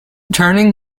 turning